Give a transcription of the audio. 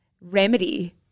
remedy